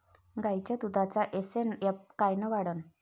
गायीच्या दुधाचा एस.एन.एफ कायनं वाढन?